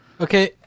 Okay